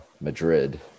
Madrid